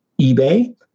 eBay